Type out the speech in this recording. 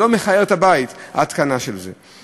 זה לא מכער את הבית, ההתקנה של זה.